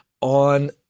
on